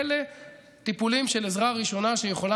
אלה טיפולים של עזרה ראשונה שיכולה